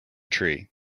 tree